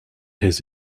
his